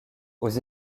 aux